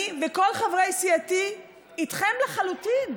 אני וכל חברי סיעתי איתכם לחלוטין.